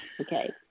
Okay